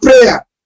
prayer